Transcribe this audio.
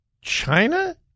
China